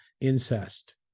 incest